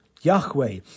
Yahweh